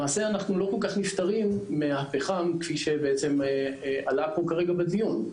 למעשה אנחנו לא כל כך נפטרים מהפחם כפי שבעצם עלה פה כרגע בדיון.